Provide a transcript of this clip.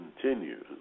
continues